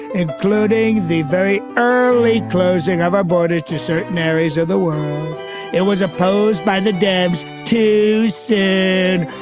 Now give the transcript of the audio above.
including the very early closing of our borders to certain areas of the world it was opposed by the dems to sin,